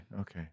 okay